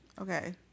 Okay